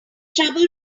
trouble